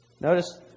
Notice